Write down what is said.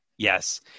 Yes